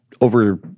over